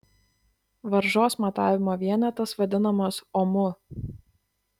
varžos matavimo vienetas vadinamas omu